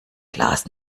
glas